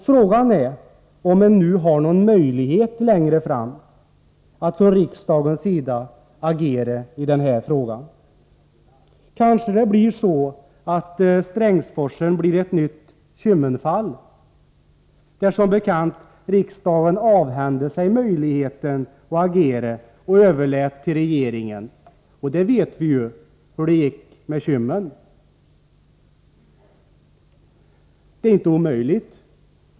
Frågan är om riksdagen längre fram har någon möjlighet att agera. Kanske blir det så att Strängsforsen blir ett nytt Kymmen-fall, där riksdagen avhände sig möjligheten att agera och överlät frågan till regeringen — och vi vet ju hur det gick med Kymmen. Omöjligt är det inte.